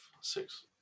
six